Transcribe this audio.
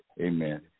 Amen